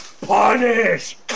punish